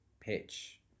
pitch